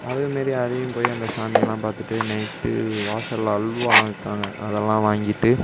அதுவும் மாரி அதையும் போய் அந்த சாமி எல்லாம் பார்த்துட்டு நைட்டு வாசலில் அல்வாலாம் வித்தாங்க அதெல்லாம் வாங்கிகிட்டு